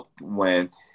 went